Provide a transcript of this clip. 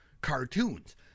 cartoons